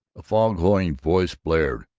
a fog-horn voice blared,